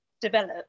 develop